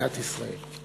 מדינת ישראל.